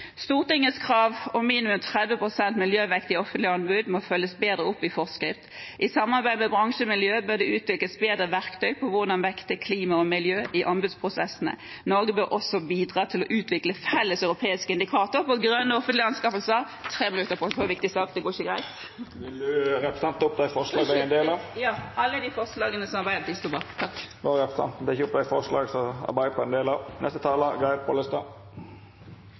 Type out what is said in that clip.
Stortingets krav om minimum 30 pst. miljøvekting i offentlige anbud må følges bedre opp i forskrift. I samarbeid med bransjemiljøer bør det utvikles bedre verktøy for hvordan man vekter klima og miljø i anbudsprosesser. Norge bør også bidra til å utvikle felles europeiske indikatorer for grønne offentlige anskaffelser. Jeg tar opp forslagene Arbeiderpartiet er en del av. Representanten Ruth Grung har teke opp dei forslaga ho refererte til. Dette er ei viktig melding, og eg er glad for – som saksordføraren også sa – at det